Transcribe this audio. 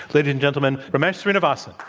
ladies and gentlemen, ramesh srinivasan.